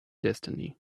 destiny